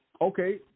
okay